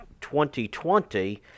2020